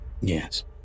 Yes